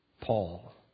Paul